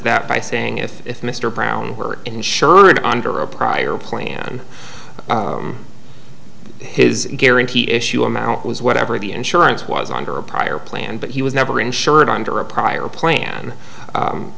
that by saying if mr brown were insured under a prior plan his guarantee issue amount was whatever the insurance was under a prior plan but he was never insured under a prior plan